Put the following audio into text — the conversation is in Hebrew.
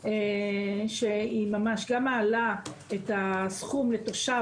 שהיא ממש גם מעלה את הסכום לתושב